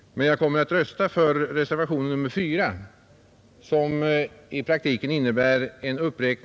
Men jag kommer att rösta för reservationen 4 som i